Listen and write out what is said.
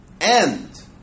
end